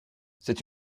c’est